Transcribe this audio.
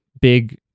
big